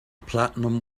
platinum